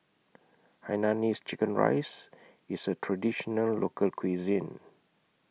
Hainanese Chicken Rice IS A Traditional Local Cuisine